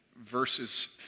verses